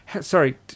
sorry